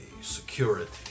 security